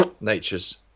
Nature's